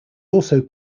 also